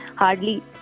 Hardly